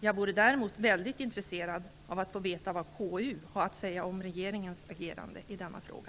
Jag vore däremot väldigt intresserad av att få veta vad KU har att säga om regeringens agerande i denna fråga.